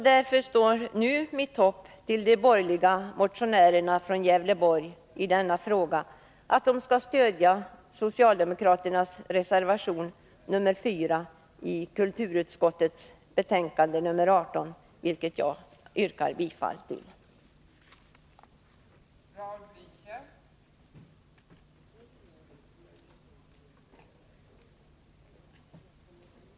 Därför står nu mitt hopp till de borgerliga motionärerna från Gävleborgs län —att de skall stödja socialdemokraternas reservation nr 4 till kulturutskottets betänkande nr 18. Jag yrkar bifall till denna reservation.